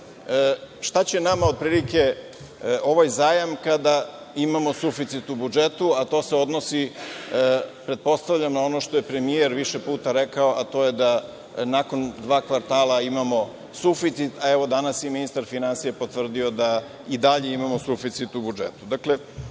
šta će nama, otprilike, ovaj zajam kada imamo suficit u budžetu, a to se odnosi pretpostavljam na ono što je premijer više puta rekao, a to je da nakon dva kvartala imamo suficit, a evo, danas je i ministar finansija potvrdio da i dalje imamo suficit u budžetu. Dakle,